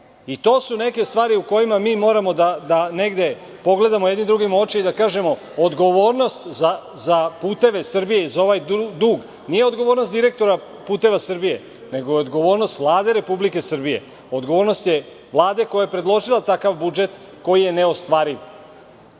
To su neke stvari o kojima mi moramo da negde pogledamo jedni drugima u oči i da kažemo – odgovornost za "Puteve Srbije" i za ovaj dug, nije odgovornost direktora "Puteva Srbije", nego je odgovornost Vlade Republike Srbije, odgovornost je Vlade koja je predložila takav budžet koji je neostvariv. Da